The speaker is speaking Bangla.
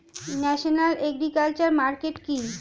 ন্যাশনাল এগ্রিকালচার মার্কেট কি?